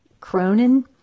Cronin